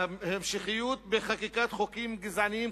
ההמשכיות בחקיקת חוקים גזעניים